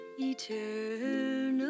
eternal